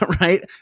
right